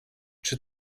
czy